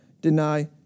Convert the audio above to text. deny